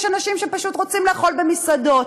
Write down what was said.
יש אנשים שפשוט רוצים לאכול במסעדות.